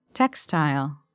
Textile